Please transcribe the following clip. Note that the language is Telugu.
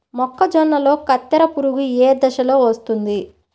మొక్కజొన్నలో కత్తెర పురుగు ఏ దశలో వస్తుంది?